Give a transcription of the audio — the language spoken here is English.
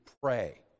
pray